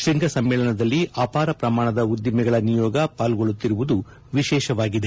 ಶೃಂಗ ಸಮ್ಮೇಳನದಲ್ಲಿ ಅಪಾರ ಪ್ರಮಾಣದ ಉದ್ದಿಮೆಗಳ ನಿಯೋಗ ಪಾಲ್ಗೊಳ್ಳುತ್ತಿರುವುದು ವಿಶೇಷವಾಗಿದೆ